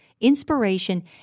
inspiration